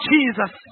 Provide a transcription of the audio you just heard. Jesus